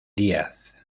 díaz